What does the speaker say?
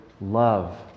love